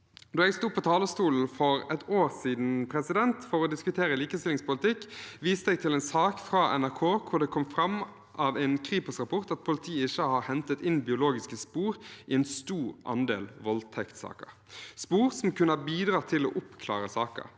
Da jeg sto på talerstolen for et år siden for å diskutere likestillingspolitikk, viste jeg til en sak fra NRK hvor det kom fram av en Kripos-rapport at politiet ikke har hentet inn biologiske spor i en stor andel voldtektssaker – spor som kunne ha bidratt til å oppklare saker,